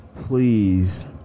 please